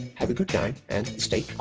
have a good time and stay!